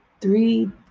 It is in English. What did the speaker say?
three